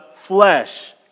flesh